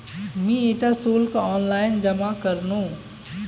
मी इटा शुल्क ऑनलाइन जमा करनु